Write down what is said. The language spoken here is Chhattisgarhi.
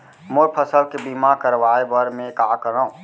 मोर फसल के बीमा करवाये बर में का करंव?